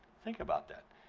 think about that,